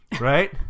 right